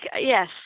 yes